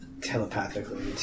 telepathically